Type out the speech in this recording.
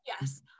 yes